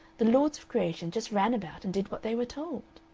the lords of creation just ran about and did what they were told.